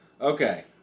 Okay